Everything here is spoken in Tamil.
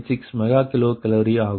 86 மெகா கிலோ கலோரி ஆகும்